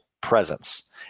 presence